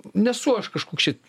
nesu aš kažkoks šit